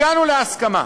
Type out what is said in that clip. הגענו להסכמה.